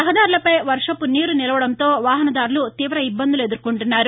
రహదారులపై వర్షపునీరు నిలవడంతో వాహనదారులు తీవఇబ్బందులు ఎదుర్కొంటున్నారు